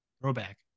Throwback